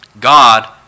God